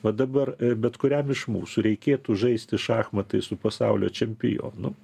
va dabar bet kuriam iš mūsų reikėtų žaisti šachmatais su pasaulio čempionu